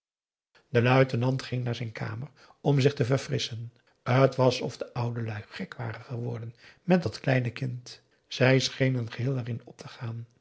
de luitenant ging naar zijn kamer om zich te verfrisschen t was of de oudelui gek waren geworden met dat kleine kind zij schenen geheel erin op te gaan